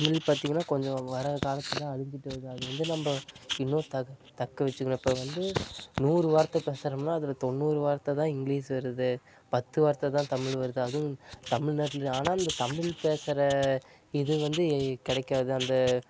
தமிழ் பார்த்திங்கன்னா கொஞ்சம் வரும் காலத்தில் அழிஞ்சிகிட்டு வருது அது வந்து நம்ம இன்னும் தகு தக்க வச்சுக்கணும் இப்போ வந்து நூறு வார்த்தை பேசுறோம்னால் அதில் தொண்ணூறு வார்த்தை தான் இங்கிலிஷ் வருது பத்து வார்த்தை தான் தமிழ் வருது அதுவும் தமில்நாட்டில் ஆனால் இந்த தமிழ் பேசுகிற இது வந்து கிடைக்காது அந்த